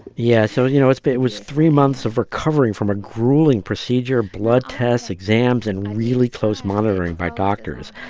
yeah, so, you know, it's been it was three months of recovering from a grueling procedure, blood tests, exams and really close monitoring by doctors.